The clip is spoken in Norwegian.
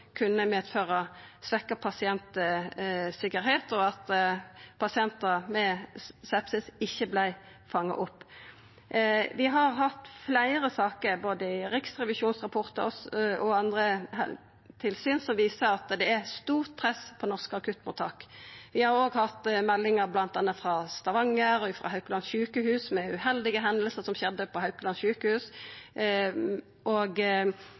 kunne medføra svekt pasientsikkerheit, og at pasientar med sepsis ikkje vart fanga opp. Vi har hatt fleire saker både i rapportar frå Riksrevisjonen og i andre tilsyn som viser at det er stort press på norske akuttmottak. Vi har òg hatt meldingar bl.a. frå Stavanger og frå Haukeland sjukehus – det var uheldige hendingar som skjedde på Haukeland